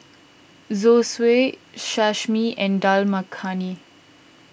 Zosui Sashimi and Dal Makhani